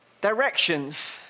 directions